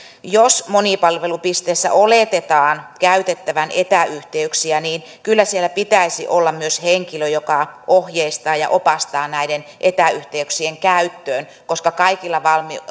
jos monipalvelupisteissä oletetaan käytettävän etäyhteyksiä niin kyllä siellä pitäisi olla myös henkilö joka ohjeistaa ja opastaa näiden etäyhteyksien käyttöön koska kaikilla